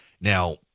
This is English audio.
Now